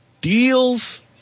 deals